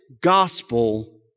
gospel